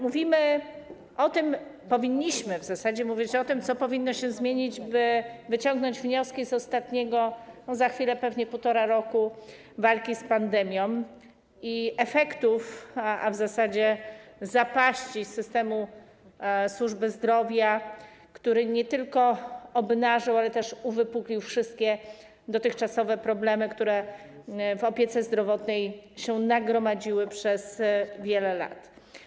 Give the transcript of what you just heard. Mówimy, w zasadzie powinniśmy mówić o tym, co powinno się zmienić, tak aby wyciągnąć wnioski z ostatniego - za chwilę pewnie półtora - roku walki z pandemią i efektów, a w zasadzie zapaści systemu służby zdrowia, która nie tylko obnażyła, ale też uwypukliła wszystkie dotychczasowe problemy, które w opiece zdrowotnej nagromadziły się przez wiele lat.